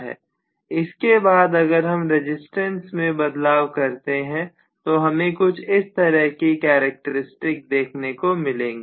इसके बाद अगर हम रजिस्टेंस में बदलाव करते हैं तो हमें कुछ इस तरह से कैरेक्टरिस्टिक देखने को मिलेंगी